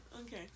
okay